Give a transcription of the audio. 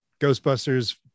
ghostbusters